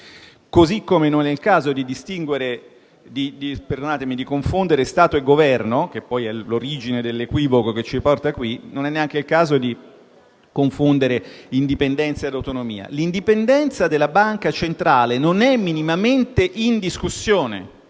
Così come non è il caso di confondere Stato e Governo - che poi è all'origine dell'equivoco che ci porta qui - non è neanche il caso di confondere indipendenza e autonomia. L'indipendenza della banca centrale non è minimamente in discussione.